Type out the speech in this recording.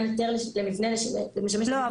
לעניין מבנה שמשמש --- לא,